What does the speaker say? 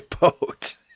boat